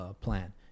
plan